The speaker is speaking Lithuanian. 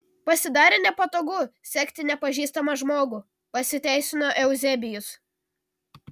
pasidarė nepatogu sekti nepažįstamą žmogų pasiteisino euzebijus